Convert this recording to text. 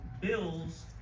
bills